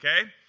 Okay